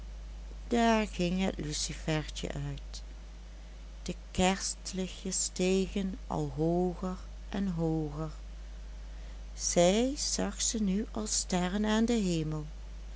daar ging het lucifertje uit de kerstlichtjes stegen al hooger en hooger zij zag ze nu als sterren aan den hemel